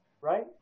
Right